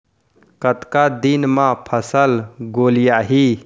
कतका दिन म फसल गोलियाही?